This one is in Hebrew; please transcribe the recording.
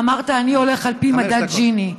אמרת: אני הולך על פי מדד ג'יני.